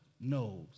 knows